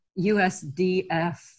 USDF